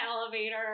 elevator